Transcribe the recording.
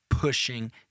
pushing